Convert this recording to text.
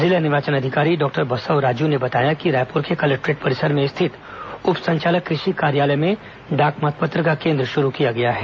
जिला निर्वाचन अधिकारी डॉक्टर बसवराजू ने बताया कि रायपुर के कलेक्टोरेट परिसर में स्थित उप संचालक कृषि कार्यालय में डाक मतपत्र का केंद्र शुरू किया गया है